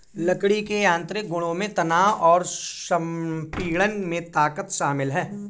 लकड़ी के यांत्रिक गुणों में तनाव और संपीड़न में ताकत शामिल है